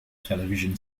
television